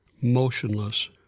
motionless